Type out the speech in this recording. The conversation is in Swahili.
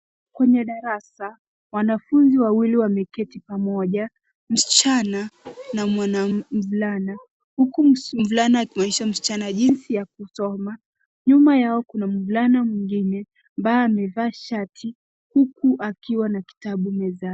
Kwenye darasa wanafunzi wawili wameketi pamoja, msichana na mvulana. Huku mvulana akionyesha msichana jinsi ya kusoma. Nyuma yao kuna mvulana mingine ambaye amevaa shati huku akiwa na kitabu mezani.